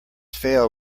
fail